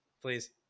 please